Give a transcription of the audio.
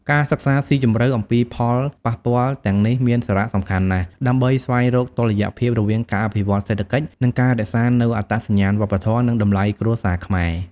ការសិក្សាស៊ីជម្រៅអំពីផលប៉ះពាល់ទាំងនេះមានសារៈសំខាន់ណាស់ ដើម្បីស្វែងរកតុល្យភាពរវាងការអភិវឌ្ឍសេដ្ឋកិច្ច និងការរក្សានូវអត្តសញ្ញាណវប្បធម៌ និងតម្លៃគ្រួសារខ្មែរ។